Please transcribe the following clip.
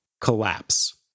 collapse